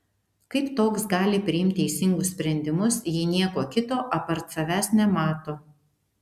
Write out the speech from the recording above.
kaip toks gali priimt teisingus sprendimus jei nieko kito apart savęs nemato